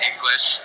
English